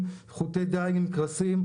וחוטי דייג עם קרסים.